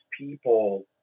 people